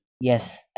Yes